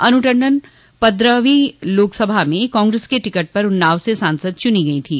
अनु टण्डन पन्द्रहवीं लोकसभा में कांग्रेस के टिकट पर उन्नाव से सांसद चुनी गई थी